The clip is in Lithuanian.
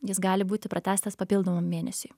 jis gali būti pratęstas papildomam mėnesiui